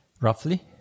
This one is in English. Roughly